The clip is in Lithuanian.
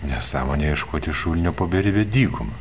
nesąmonė ieškoti šulinio po beribę dykumą